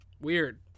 Weird